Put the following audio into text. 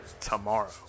tomorrow